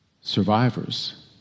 survivors